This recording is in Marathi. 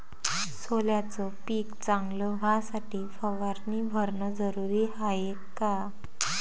सोल्याचं पिक चांगलं व्हासाठी फवारणी भरनं जरुरी हाये का?